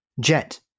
Jet